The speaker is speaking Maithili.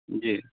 जी